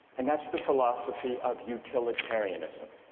and that's the philosophy of utilitarianism.